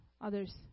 others